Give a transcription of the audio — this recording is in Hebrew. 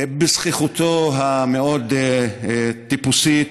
בזחיחותו המאוד-טיפוסית,